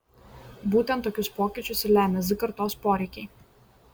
būtent tokius pokyčius ir lemia z kartos poreikiai